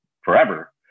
forever